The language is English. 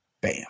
Bam